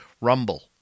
rumble